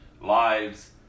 lives